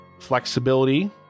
flexibility